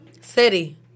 City